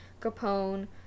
Capone